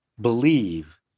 believe